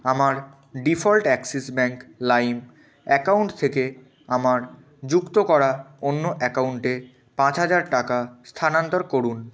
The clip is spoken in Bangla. আমার default Axis bank lime account থেকে আমার যুক্ত করা অন্য অ্যাকাউন্টে পাঁচ হাজার টাকা স্থানান্তর করুন